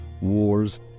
wars